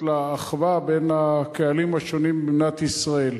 לאחווה בין הקהלים השונים במדינת ישראל.